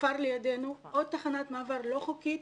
הכפר לידנו, עוד תחנת מעבר לא חוקית,